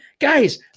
guys